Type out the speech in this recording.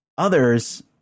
Others